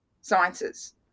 sciences